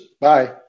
Bye